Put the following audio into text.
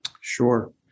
Sure